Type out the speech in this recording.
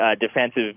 defensive